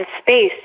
space